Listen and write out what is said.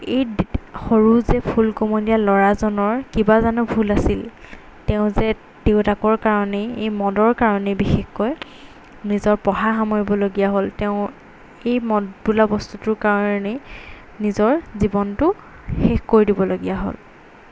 এই সৰু যে ফুল কোমলীয়া ল'ৰাজনৰ কিবা জানো ভুল আছিল তেওঁ যে দেউতাকৰ কাৰণেই এই মদৰ কাৰণেই বিশেষকৈ নিজৰ পঢ়া সামৰিবলগীয়া হ'ল তেওঁ এই মদ বোলা বস্তুটোৰ কাৰণেই নিজৰ জীৱনটো শেষ কৰি দিবলগীয়া হ'ল